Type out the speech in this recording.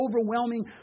overwhelming